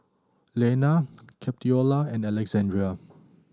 Leanna Capitola and Alexandrea